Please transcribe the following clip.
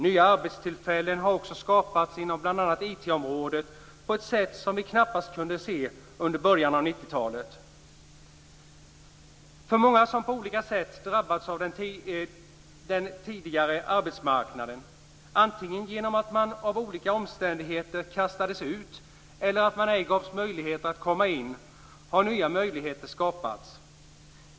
Nya arbetstillfällen har också skapats inom bl.a. IT området på ett sätt som vi knappast kunde se under början av 90-talet. För många som på olika sätt drabbats av den tidigare arbetsmarknaden, antingen genom att man på grund av olika omständigheter kastades ut eller genom att man ej gavs möjlighet att komma in, har nya möjligheter skapats.